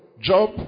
job